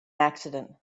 accident